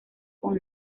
con